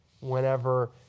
whenever